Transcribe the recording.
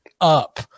up